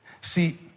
See